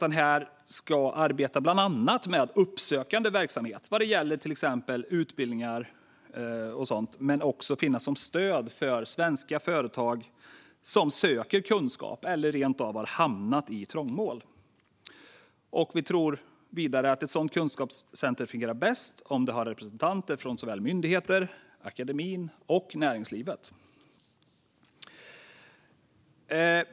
Den ska arbeta bland annat med uppsökande verksamhet vad gäller exempelvis utbildningar och sådant, men den ska också finnas som ett stöd för svenska företag som söker kunskap eller har hamnat i trångmål. Vi tror att ett sådant kunskapscentrum fungerar bäst om det har representanter från myndigheter, akademin och näringslivet.